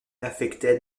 affectait